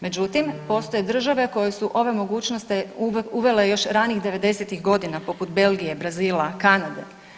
Međutim, postoje države koje su ove mogućnosti uvele još ranih '90.-tih godina poput Belgije, Brazila, Kanade.